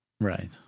Right